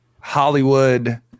Hollywood